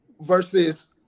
versus